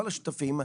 לכל השותפים,